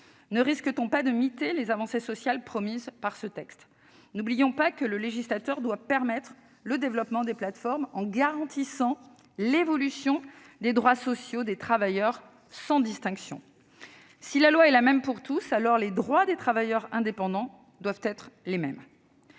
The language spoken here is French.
Ne risque-t-on pas de miter les avancées sociales promises par ce texte ? N'oublions pas que le législateur doit permettre le développement des plateformes en garantissant l'évolution des droits sociaux de tous les travailleurs, sans distinction. Si la loi est la même pour tous, les droits des travailleurs indépendants doivent être les mêmes.